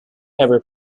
ever